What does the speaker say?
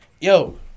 Yo